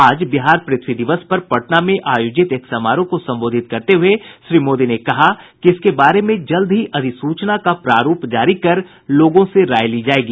आज बिहार पृथ्वी दिवस पर पटना में आयोजित एक समारोह को संबोधित करते हुए श्री मोदी ने कहा कि इसके बारे में जल्द ही अधिसूचना का प्रारूप जारी कर लोगों से राय ली जायेगी